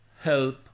help